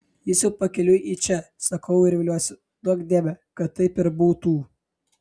jis jau pakeliui į čia sakau ir viliuosi duok dieve kad taip ir būtų